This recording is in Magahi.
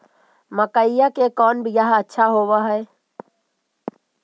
मकईया के कौन बियाह अच्छा होव है?